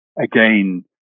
again